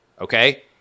okay